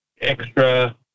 extra